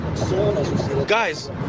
guys